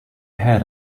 had